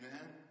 Amen